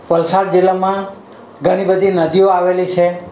વલસાડ જિલ્લામાં ઘણી બધી નદીઓ આવેલી છે